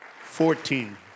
fourteen